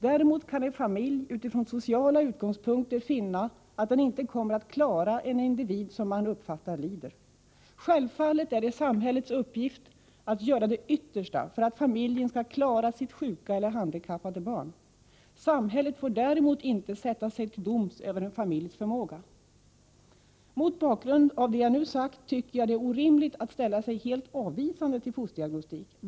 Däremot kan en familj från sociala utgångspunkter finna att den inte kommer att klara en individ som uppfattas som lidande. Självfallet är det samhällets uppgift att göra det yttersta för att familjen skall klara sitt sjuka eller handikappade barn. Samhället får däremot inte sätta sig till doms över en familjs förmåga. Mot bakgrund av det jag nu sagt tycker jag att det är orimligt att ställa sig helt avvisande till fosterdiagnostik.